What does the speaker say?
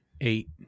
eight